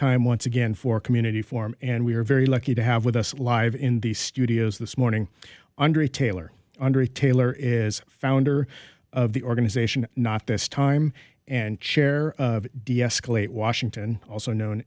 time once again for community form and we are very lucky to have with us live in the studios this morning andrea taylor andre taylor is founder of the organization not this time and chair deescalate washington also known